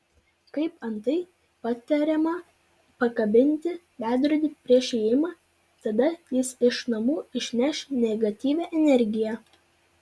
kaip antai patariama pakabinti veidrodį prieš įėjimą tada jis iš namų išneš negatyvią energiją